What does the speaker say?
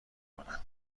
کنم